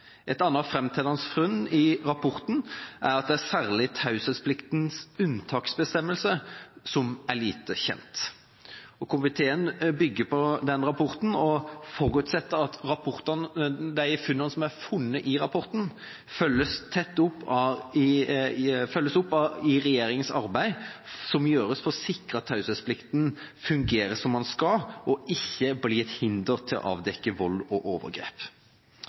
Et annet framtredende funn i rapporten er at det særlig er taushetspliktens unntaksbestemmelser som er lite kjent. Komiteen forutsetter at de funnene som er beskrevet i rapporten, følges opp i regjeringens arbeid som gjøres for å sikre at taushetsplikten fungerer som den skal, og ikke blir et hinder for å avdekke vold og overgrep.